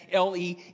LE